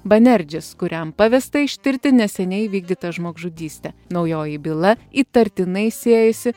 banerdžis kuriam pavesta ištirti neseniai įvykdytą žmogžudystę naujoji byla įtartinai siejasi